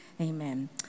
Amen